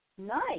nice